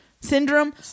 syndrome